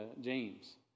James